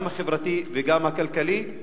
גם החברתי וגם הכלכלי,